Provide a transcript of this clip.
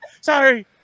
Sorry